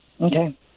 Okay